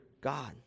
God